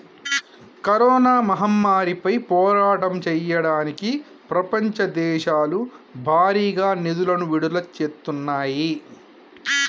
corona మహమ్మారిపై పోరాటం చెయ్యడానికి ప్రపంచ దేశాలు భారీగా నిధులను విడుదల చేత్తన్నాయి